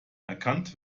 erkannt